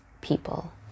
people